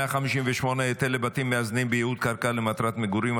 158) (היתר לבתים מאזנים בייעוד קרקע למטרת מגורים),